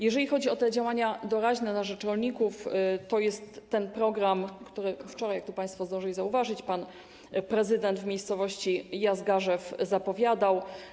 Jeżeli chodzi o działania doraźne na rzecz rolników, to jest ten program, który wczoraj tu państwo zdążyli zauważyć, pan prezydent w miejscowości Jazgarzew zapowiadał.